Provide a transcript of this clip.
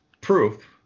proof